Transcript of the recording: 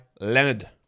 Leonard